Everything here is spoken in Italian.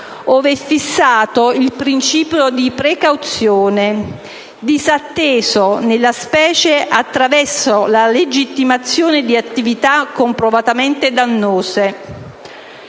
il principio di precauzione, disatteso nella specie attraverso la legittimazione di attività comprovatamente dannose.